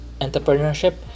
entrepreneurship